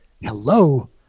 hello